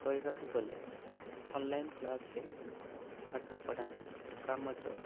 କହିବାକୁ ଗଲେ ଅନଲାଇନ୍ କ୍ଲାସ୍ରେ ପାଠ ପଢ଼ା କାମ